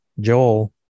Joel